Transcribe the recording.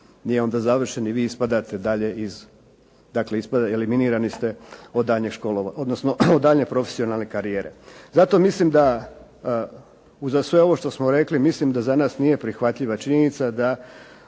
nije onda završen i vi ispadate dalje, dakle eliminirani ste od daljnje profesionalne karijere. Zato mislim da uza sve ovo što ste rekli mislim da za nas nije prihvatljiva činjenica da